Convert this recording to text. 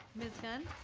ms. gunn?